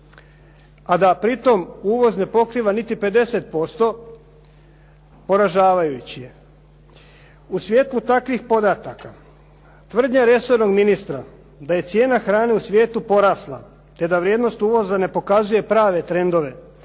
a da pri tome uvoz ne pokriva niti 50%, poražavajući je. U svjetlu takvih podataka tvrdnja resornog ministra, da je cijena hrane u svijetu porasla te da vrijednost uvoza ne pokazuje prave trendove,